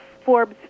Forbes